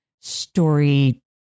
story